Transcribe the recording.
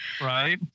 right